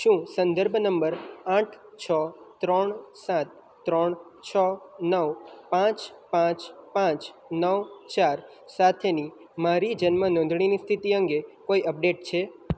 શું સંદર્ભ નંબર આઠ છ ત્રણ સાત ત્રણ છ નવ પાંચ પાંચ પાંચ નવ ચાર સાથેની મારી જન્મ નોંધણીની સ્થિતિ અંગે કોઈ અપડેટ છે